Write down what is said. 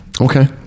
Okay